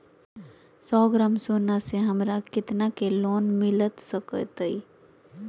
सौ ग्राम सोना से हमरा कितना के लोन मिलता सकतैय?